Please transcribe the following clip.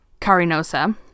Carinosa